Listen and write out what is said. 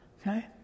Okay